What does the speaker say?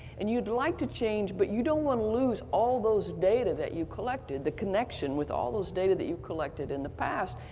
and you'd like to change but you don't want to lose all those data that you collected, the connection with all those data that you've collected in the past,